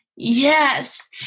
Yes